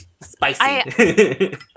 spicy